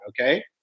Okay